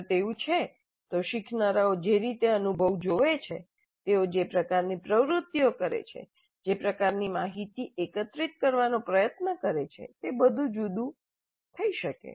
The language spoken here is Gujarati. જો તેવું છે તો શીખનારાઓ જે રીતે અનુભવ જુએ છે તેઓ જે પ્રકારની પ્રવૃત્તિઓ કરે છે જે પ્રકારની માહિતી એકત્રિત કરવાનો પ્રયત્ન કરે છે તે બધું જુદું થઈ શકે